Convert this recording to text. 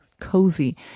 cozy